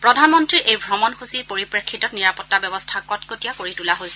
প্ৰধানমন্ত্ৰীৰ এই ভ্ৰমণসূচীৰ পৰিপ্ৰেক্ষিতত নিৰাপত্তা ব্যৱস্থা কটকটীয়া কৰি তোলা হৈছে